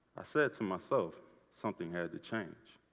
i said to myself something had to change.